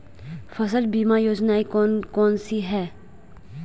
फसल बीमा योजनाएँ कौन कौनसी हैं?